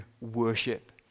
worship